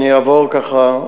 אני אעבור ככה,